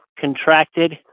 contracted